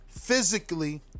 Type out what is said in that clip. physically